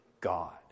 God